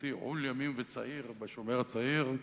כשהייתי עול ימים וצעיר ב"שומר הצעיר",